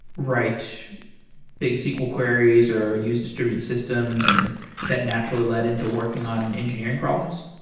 write big sql queries or use distributed systems and that naturally led into working on engineering problems?